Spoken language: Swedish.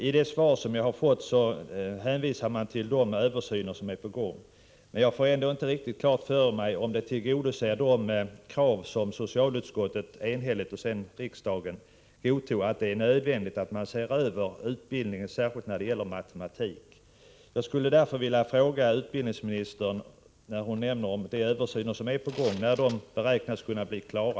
I svaret hänvisas till de översyner som pågår, men jag har inte fått klart för mig om detta tillgodoser de krav som ett enhälligt socialutskott och riksdagen har ställt sig bakom, nämligen att det är nödvändigt att se över utbildningen, särskilt beträffande matematik. Eftersom utbildningsministern talade om pågående översyner, skulle jag vilja fråga när dessa beräknas bli klara.